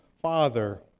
Father